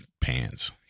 pants